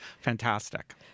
fantastic